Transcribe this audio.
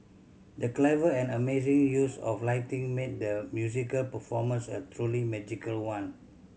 the clever and amazing use of lighting made the musical performance a truly magical one